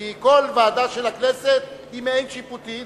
כי כל ועדה של הכנסת היא מעין-שיפוטית,